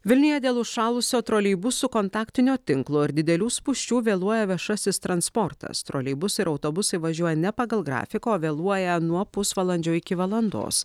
vilniuje dėl užšalusio troleibusų kontaktinio tinklo ir didelių spūsčių vėluoja viešasis transportas troleibusai ir autobusai važiuoja ne pagal grafiką o vėluoja nuo pusvalandžio iki valandos